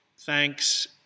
thanks